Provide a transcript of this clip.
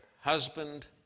husband